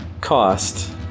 cost